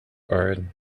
are